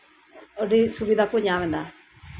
ᱟᱹᱰᱤ ᱥᱩᱵᱤᱫᱷᱟ ᱠᱚ ᱧᱟᱢ ᱮᱫᱟ